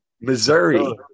Missouri